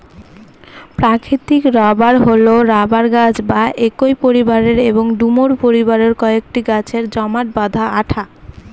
প্রাকৃতিক রবার হল রবার গাছ বা একই পরিবারের এবং ডুমুর পরিবারের কয়েকটি গাছের জমাট বাঁধা আঠা